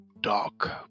dark